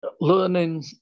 learning